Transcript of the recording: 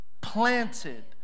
planted